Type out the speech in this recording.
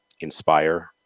inspire